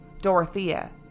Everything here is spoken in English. Dorothea